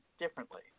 differently